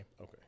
Okay